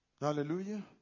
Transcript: hallelujah